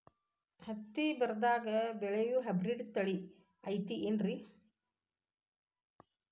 ಹತ್ತಿ ಬರದಾಗ ಬೆಳೆಯೋ ಹೈಬ್ರಿಡ್ ತಳಿ ಐತಿ ಏನ್ರಿ?